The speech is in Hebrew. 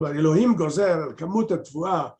אבל אלוהים גוזר על כמות התבואה